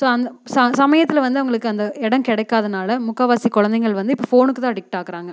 so அந்த சமயத்தில் வந்து அவங்களுக்கு அந்த இடம் கிடைக்காதனால முக்கால்வாசி குழந்தைங்கள் வந்து இப்போ ஃபோனுக்கு தான் அடிக்ட் ஆகுறாங்க